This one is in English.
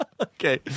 Okay